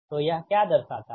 तो यह क्या दर्शाता है